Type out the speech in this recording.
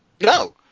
no